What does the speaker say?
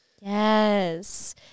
Yes